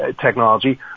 technology